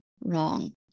wrong